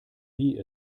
wie